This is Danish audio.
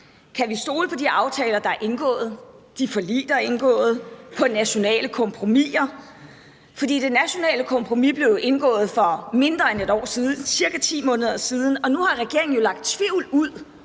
Kan vi stole på de aftaler, der er indgået, på de forlig, der er indgået, eller på nationale kompromiser? For det nationale kompromis blev jo indgået for mindre end et år siden, ca. 10 måneder siden, og nu har regeringen sået tvivl